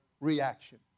reaction